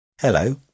Hello